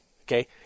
Okay